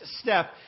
step